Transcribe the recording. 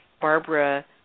Barbara